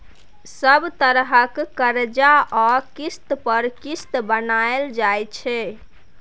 सब तरहक करजा आ किस्त पर किस्त बनाएल जाइ छै